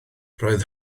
roedd